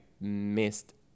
missed